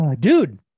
Dude